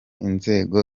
inzego